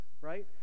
right